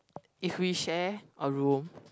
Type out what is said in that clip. if we share a room